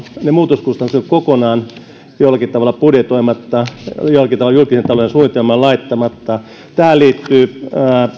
ne muutoskustannukset kokonaan ovat jollakin tavalla budjetoimatta jollakin tavalla julkisen talouden suunnitelmaan laittamatta tähän liittyy